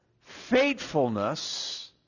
faithfulness